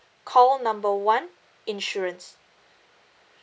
call number one insurance